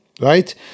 right